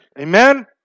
Amen